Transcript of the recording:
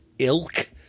Ilk